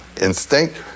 instinct